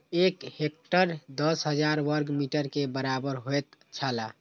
एक हेक्टेयर दस हजार वर्ग मीटर के बराबर होयत छला